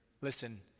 listen